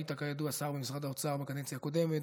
היית כידוע שר במשרד האוצר בקדנציה הקודמת,